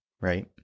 right